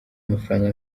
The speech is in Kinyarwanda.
mafaranga